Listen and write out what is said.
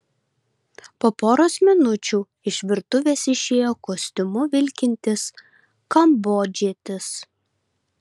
po poros minučių iš virtuvės išėjo kostiumu vilkintis kambodžietis